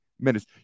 minutes